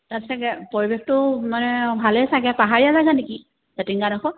তাত চাগে পৰিৱেশটো মানে ভালেই চাগে পাহাৰীয়া জেগা নেকি জাতিংগাডোখৰ